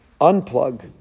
unplug